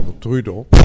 Trudeau